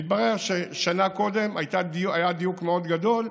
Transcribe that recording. והתברר ששנה קודם היה דיוק מאוד גדול.